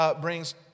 brings